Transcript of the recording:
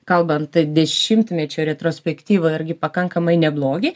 kalbant dešimtmečio retrospektyva irgi pakankamai neblogi